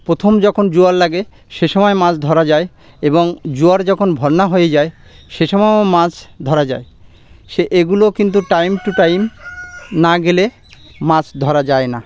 প্রথম যখন জোয়ার লাগে সেসময় মাছ ধরা যায় এবং জোয়ার যখন বন্যা হয়ে যায় সেসময়ও মাছ ধরা যায় সে এগুলো কিন্তু টাইম টু টাইম না গেলে মাছ ধরা যায় না